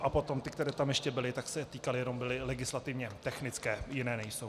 A potom ty, které tam ještě byly, tak byly jenom legislativně technické, jiné nejsou.